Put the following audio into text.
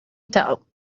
tell